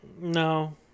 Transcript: No